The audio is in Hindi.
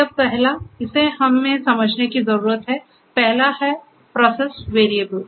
यह पहला इसे हमें समझने की जरूरत है पहला है प्रोसेस वेरिएबल